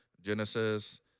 Genesis